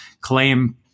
claim